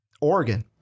Oregon